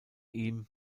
ihm